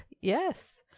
Yes